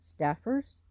staffers